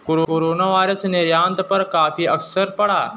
coronavirus से निर्यात पर काफी असर पड़ा